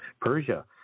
Persia